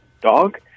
dog